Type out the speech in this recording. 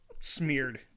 smeared